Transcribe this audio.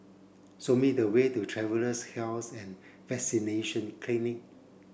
show me the way to Travellers' Health and Vaccination Clinic